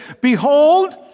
behold